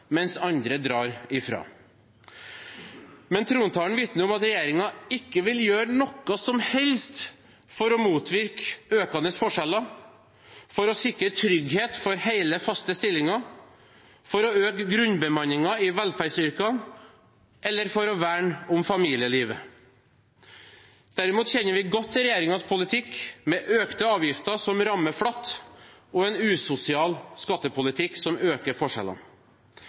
mens andre drar fra. Men trontalen vitner om at regjeringen ikke vil gjøre noe som helst for å motvirke økende forskjeller, for å sikre trygghet for hele, faste stillinger, for å øke grunnbemanningen i velferdsyrkene eller for å verne om familielivet. Derimot kjenner vi godt til regjeringens politikk med økte avgifter som rammer flatt, og en usosial skattepolitikk som øker forskjellene.